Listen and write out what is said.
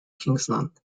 kingsland